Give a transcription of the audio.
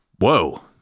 whoa